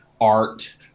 art